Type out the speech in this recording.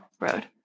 road